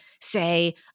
say